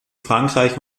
frankreich